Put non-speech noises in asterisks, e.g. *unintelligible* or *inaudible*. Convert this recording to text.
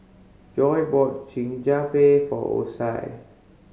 Joi bought *unintelligible* for Osie